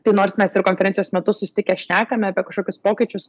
tai nors mes ir konferencijos metu susitikę šnekame apie kažkokius pokyčius